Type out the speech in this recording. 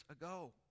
ago